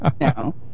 no